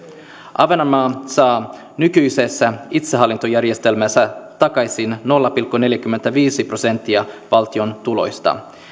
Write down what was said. ahvenanmaa saa nykyisessä itsehallintojärjestelmässä takaisin nolla pilkku neljäkymmentäviisi prosenttia valtion tuloista